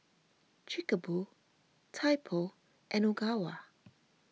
Chic A Boo Typo and Ogawa